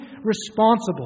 responsible